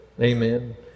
Amen